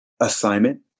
assignment